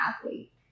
athlete